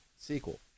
Sequel